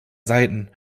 seiten